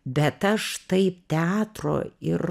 bet aš taip teatro ir